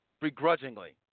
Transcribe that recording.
begrudgingly